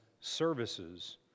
services